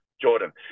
Jordan